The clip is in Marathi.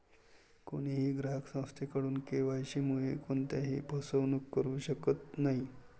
कोणीही ग्राहक संस्थेकडून के.वाय.सी मुळे कोणत्याही फसवणूक करू शकत नाही